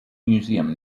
museum